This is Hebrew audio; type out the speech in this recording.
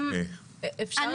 אני,